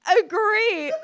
agree